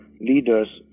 leaders